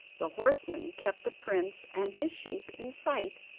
the horsemen kept the prince and his sheep in sight,